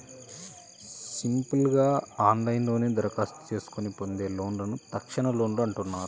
simple గా ఆన్లైన్లోనే దరఖాస్తు చేసుకొని పొందే లోన్లను తక్షణలోన్లు అంటున్నారు